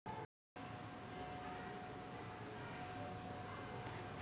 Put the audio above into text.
संत्र्याले ऊन्हाळ्यात रोज किती लीटर पानी द्या लागते?